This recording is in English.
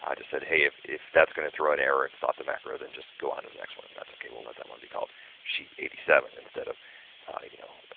i just said, hey! if if that's gonna throw an error and stop the macro, then just go on to the next one. that's okay! we'll let that one be called sheet eight zero seven instead of you know,